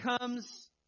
comes